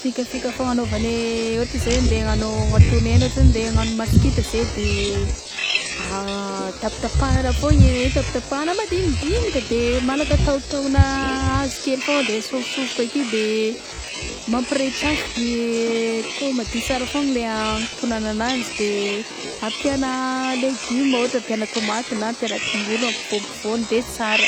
Fikafika fagnanaovana ôhatra zao andeha hagnatono hena ôhatra zao ndeha agnano masikita zay de tapitapahana foagna hena igny tapitapahana madinidinika de malaka taho- tahogna hazo kely foagna de asofosofoka ake de mampirehitr'afo de atao madio tsara foagnany le agnatonana agnazy de ampiagna legioma ôhatra ampiagna tômaty na ampiagna tongolo ampivaopivaogny de sara.